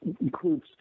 includes